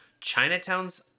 chinatown's